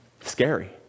Scary